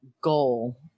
goal